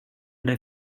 dig